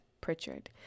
Pritchard